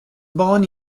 born